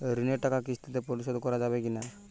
ঋণের টাকা কিস্তিতে পরিশোধ করা যাবে কি না?